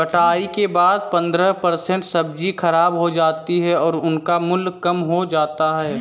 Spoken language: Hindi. कटाई के बाद पंद्रह परसेंट सब्जी खराब हो जाती है और उनका मूल्य कम हो जाता है